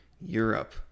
Europe